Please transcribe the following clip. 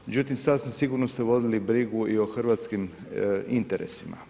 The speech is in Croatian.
Međutim, sasvim sigurno ste vodili brigu i o Hrvatskim interesima.